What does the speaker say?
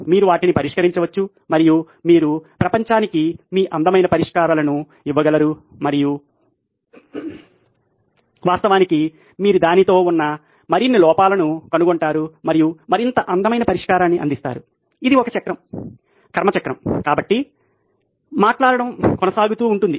మీరు వాటిని పరిష్కరించవచ్చు మరియు మీరు ప్రపంచానికి మీ అందమైన పరిష్కారాలను ఇవ్వగలరు మరియు వాస్తవానికి మీరు దానితో మరిన్ని లోపాలను కనుగొంటారు మరియు మరింత అందమైన పరిష్కారాన్ని అందిస్తారు ఇది ఒక చక్రం కర్మ చక్రం కాబట్టి మాట్లాడటం కొనసాగుతూ ఉంటుంది